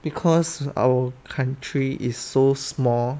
because our country is so small